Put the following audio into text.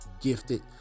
gifted